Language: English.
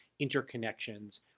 interconnections